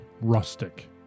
rustic